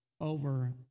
over